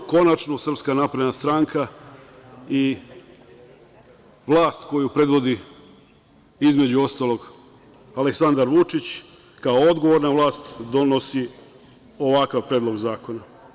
Konačno, SNS i vlast koju predvodi, između ostalog, Aleksandar Vučić kao odgovorna vlast donosi ovakav predlog zakona.